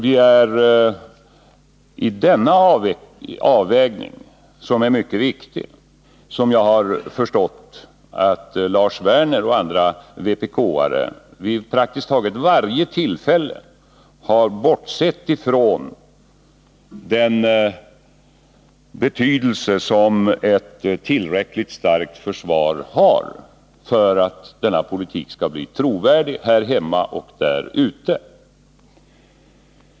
Det är i denna avvägning, som är mycket viktig, som jag har förstått att Lars Werner och andra vpk-are vid praktiskt taget varje tillfälle har bortsett från den betydelse som ett tillräckligt starkt försvar har för att denna politik skall bli trovärdig här hemma och där ute.